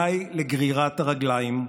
די לגרירת הרגליים,